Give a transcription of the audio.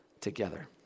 together